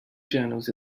journals